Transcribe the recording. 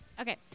Okay